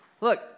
Look